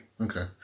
Okay